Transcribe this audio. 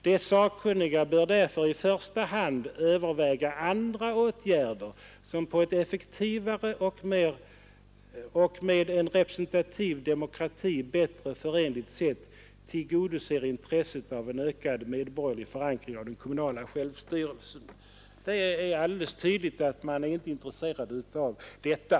De sakkunniga bör därför i första hand överväga andra åtgärder som på ett effektivare och med en representativ demokrati bättre förenligt sätt tillgodoser intresset av en ökad medborgerlig förankring av den kommunala självstyrelsen.” Det är alldeles tydligt att man inte är intresserad av detta.